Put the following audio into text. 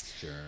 Sure